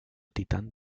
titán